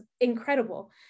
incredible